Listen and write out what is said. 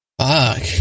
Fuck